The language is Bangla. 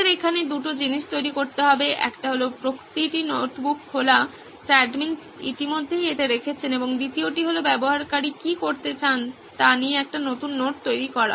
আমাদের এখানে দুটি জিনিস তৈরি করতে হবে একটি হল প্রতিটি নোটবুক খোলা যা অ্যাডমিন ইতিমধ্যেই এতে রেখেছেন এবং দ্বিতীয়টি হলো ব্যবহারকারী কী করতে চান তা নিয়ে একটি নতুন নোট করা